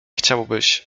chciałbyś